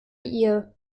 ihr